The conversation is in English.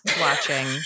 watching